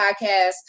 podcast